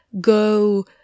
go